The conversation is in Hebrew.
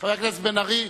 חבר הכנסת בן-ארי,